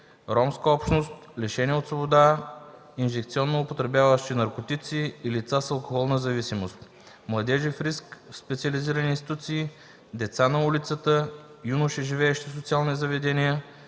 ромска общност; лишени от свобода; инжекционно употребяващи наркотици и лица с алкохолна зависимост; младежи в риск в специализирани институции; деца на улицата; юноши, живеещи в социални заведения;